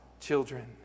children